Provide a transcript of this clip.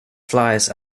flies